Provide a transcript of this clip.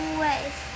ways